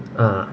ah